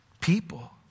people